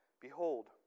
Behold